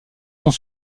sont